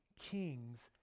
kings